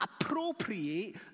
appropriate